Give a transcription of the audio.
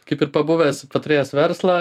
kaip ir pabuvęs paturėjęs verslą